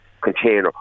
container